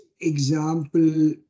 example